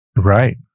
right